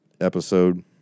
episode